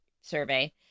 survey